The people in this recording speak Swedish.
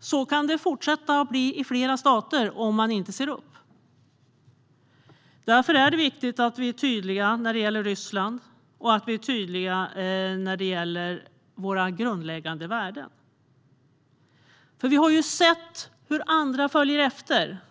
Så kan det bli i fler stater om man inte ser upp, och därför är det viktigt att vi är tydliga när det gäller Ryssland liksom när det gäller våra grundläggande värden. Vi har ju sett hur andra följer efter.